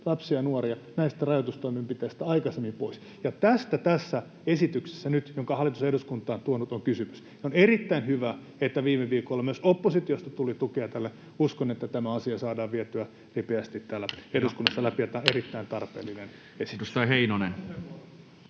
pääsisivät näistä rajoitustoimenpiteistä aikaisemmin pois. Tästä nyt tässä esityksessä, jonka hallitus on eduskuntaan tuonut, on kysymys, ja on erittäin hyvä, että viime viikolla myös oppositiosta tuli tukea tälle. Uskon, että tämä asia saadaan vietyä ripeästi täällä eduskunnassa läpi. Tämä on erittäin tarpeellinen esitys.